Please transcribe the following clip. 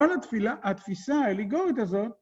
כל התפילה, התפיסה האליגורית הזאת...